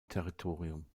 territorium